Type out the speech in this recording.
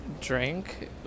drink